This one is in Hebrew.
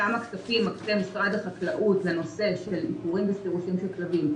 כמה כספים מקצה משרד החקלאות לנושא של עיקורים וסירוסים של כלבים.